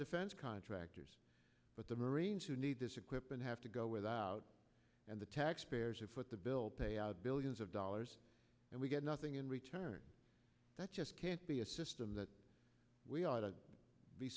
defense contractors but the marines who need this equipment have to go without and the taxpayers foot the bill pay out billions of dollars and we get nothing in return that just can't be a system that we ought